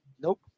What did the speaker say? Nope